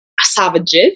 savages